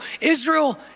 Israel